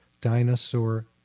dinosaur